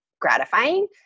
gratifying